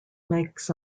makes